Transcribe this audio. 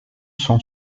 sont